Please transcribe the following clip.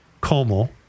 Como